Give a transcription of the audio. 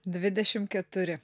dvidešim keturi